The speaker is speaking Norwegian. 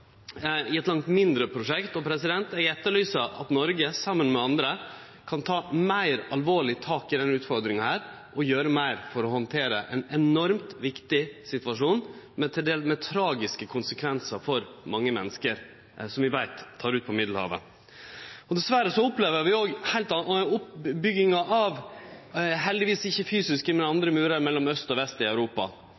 i eit langt mindre prosjekt. Eg etterlyser at Noreg saman med andre kan ta meir alvorleg tak i denne utfordringa, og gjere meir for å handtere ein enormt viktig situasjon med tragiske konsekvensar for mange menneske som vi veit tek seg ut på Middelhavet. Dessverre opplever vi òg oppbygginga av andre murar, som heldigvis ikkje er fysiske,